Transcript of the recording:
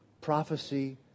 prophecy